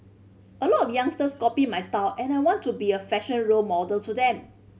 a lot of youngsters copy my style and I want to be a fashion role model to them